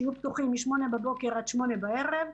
שיהיו פתוחים מ-08:00 בבוקר עד 20:00 בערב.